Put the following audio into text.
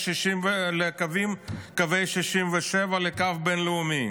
לקווי 1967, לקו הבין-לאומי.